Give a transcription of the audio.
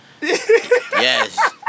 Yes